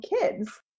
kids